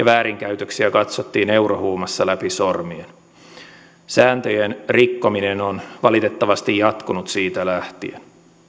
väärinkäytöksiä katsottiin eurohuumassa läpi sormien sääntöjen rikkominen on valitettavasti jatkunut siitä lähtien